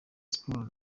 sport